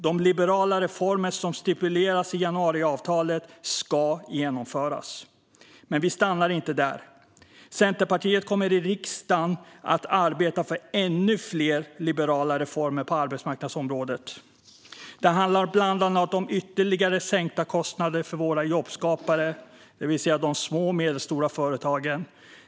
De liberala reformer som stipuleras i januariavtalet ska genomföras. Men vi stannar inte där, utan Centerpartiet i riksdagen kommer att arbeta för ännu fler liberala reformer på arbetsmarknadsområdet. Det handlar bland annat om ytterligare sänkta kostnader för våra jobbskapare, det vill säga de små och medelstora företagen.